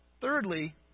Thirdly